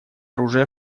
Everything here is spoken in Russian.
оружия